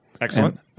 Excellent